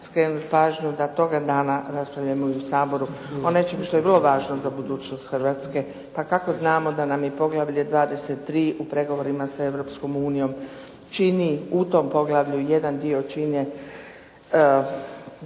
skrenuti pažnju da toga dana raspravljamo i u Saboru o nečemu što je vrlo važno za budućnost Hrvatske. Pa kako znamo da nam poglavlje 23. u pregovorima sa Europskom unijom čini u tom poglavlju jedan dio čine